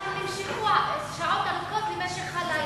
אבל נמשכו שעות ארוכות במשך הלילה,